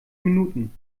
minuten